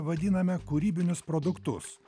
vadiname kūrybinius produktus